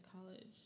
college